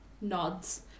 nods